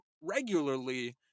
regularly